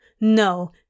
No